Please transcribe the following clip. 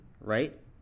right